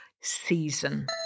season